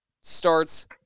starts